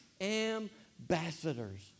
ambassadors